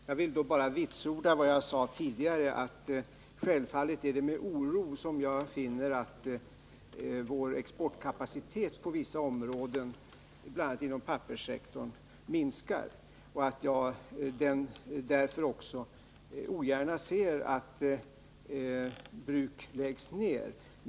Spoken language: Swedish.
Herr talman! Jag vill bara vitsorda vad jag sade tidigare. Självfallet är det med oro som jag konstaterar att vår exportkapacitet på vissa områden, bl.a. inom papperssektorn, minskar. Därför ser jag ogärna att bruk läggs ner.